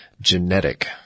genetic